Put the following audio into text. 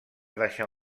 deixar